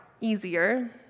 easier